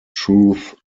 truth